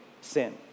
sin